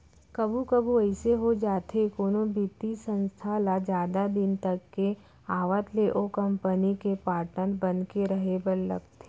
कभू कभू अइसे हो जाथे कोनो बित्तीय संस्था ल जादा दिन तक के आवत ले ओ कंपनी के पाटनर बन के रहें बर लगथे